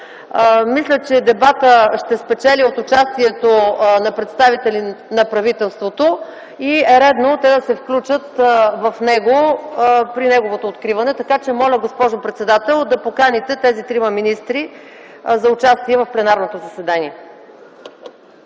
Мисля, че дебатът ще спечели от участието на представители на правителството. Редно е те да се включат в него при неговото откриване. Моля, госпожо председател, да поканите тези трима министри за участие в пленарното заседание.